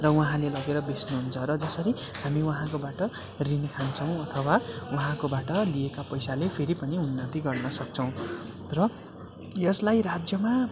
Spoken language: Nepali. र उहाँले लगेर बेच्नुहुन्छ र जसरी हामी उहाँकोबाट ऋण खान्छौँ अथवा उहाँकोबाट लिएका पैसाले फेरि पनि उन्नति गर्न सक्छौँ र यसलाई राज्यमा